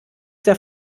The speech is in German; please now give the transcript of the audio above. der